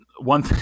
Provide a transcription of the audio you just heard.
one